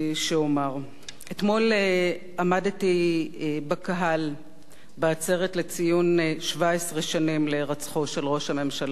אתמול עמדתי בקהל בעצרת לציון 17 שנים להירצחו של ראש הממשלה יצחק רבין.